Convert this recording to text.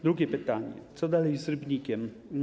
Drugie pytanie: Co dalej z Rybnikiem?